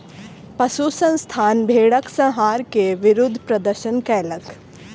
पशु संस्थान भेड़क संहार के विरुद्ध प्रदर्शन कयलक